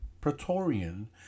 Praetorian